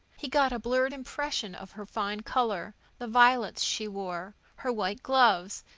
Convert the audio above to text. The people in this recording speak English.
he got a blurred impression of her fine color, the violets she wore, her white gloves,